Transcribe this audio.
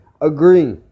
agree